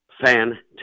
fantastic